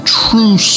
true